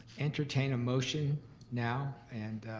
entertain a motion now, and